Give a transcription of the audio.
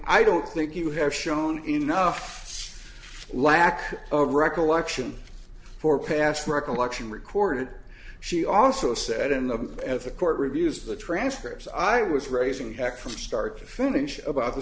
i don't think you have shown enough lack of recollection for past recollection record she also said in the at the court reviews the transcripts i was raising heck from start to finish about the